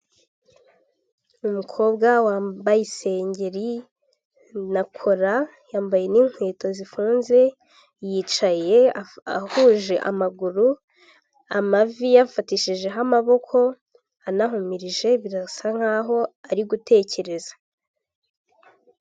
Umukobwa wambaye isengeri na kora, yambaye n'inkweto zifunze, yicaye ahuje amaguru, amavi ayafatishijeho amaboko anahumirije birasa nk'aho ari gutekereza.